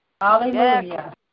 Hallelujah